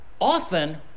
Often